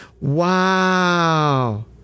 Wow